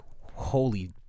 holy